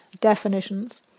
definitions